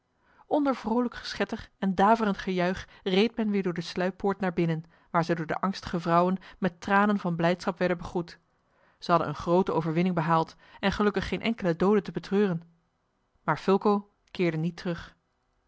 onder vroolijk geschetter en daverend gejuich reed men weer door de sluippoort naar binnen waar zij door de angstige vrouwen met tranen van blijdschap werden begroet zij hadden eene groote overwinning behaald en gelukkig geen enkelen doode te betreuren maar fulco keerde niet terug